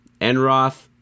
Enroth